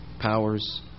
powers